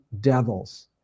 devils